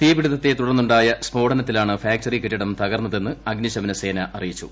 തീപിടിത്തത്തെ തുടർന്നുണ്ടായ സ്ഫോടനത്തിലാണ് ഫാക്ടറി കെട്ടിടം തകർന്നതെന്ന് അഗ്നിശമന സേന അറിയിച്ചു